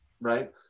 right